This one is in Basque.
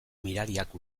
mirariak